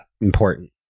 Important